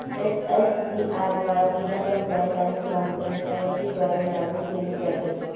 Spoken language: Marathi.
एस.जी.आर.वाय जिल्हा पंचायत आणि ग्रामपंचायतींद्वारे लागू केले जाते